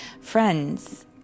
friends